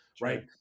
right